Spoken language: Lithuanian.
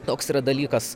toks yra dalykas